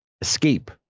escape